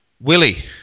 Willie